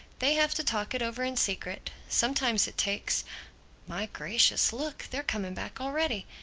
they have to talk it over in secret. sometimes it takes my gracious, look, they're coming back already!